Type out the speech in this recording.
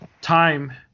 time